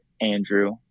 Andrew